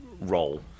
role